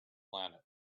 planet